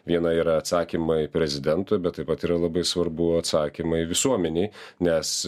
viena yra atsakymai prezidentui bet taip pat yra labai svarbu atsakymai visuomenei nes